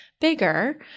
bigger